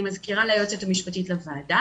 אני מזכירה ליועצת המשפטית לוועדה,